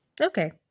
Okay